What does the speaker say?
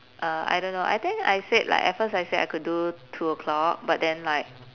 uh I don't know I think I said like at first I said I could do two o'clock but then like